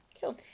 Cool